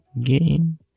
game